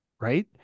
Right